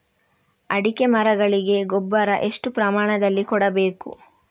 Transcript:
ಅಡಿಕೆ ಮರಗಳಿಗೆ ಗೊಬ್ಬರ ಎಷ್ಟು ಪ್ರಮಾಣದಲ್ಲಿ ಕೊಡಬೇಕು?